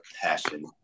passion